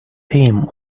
him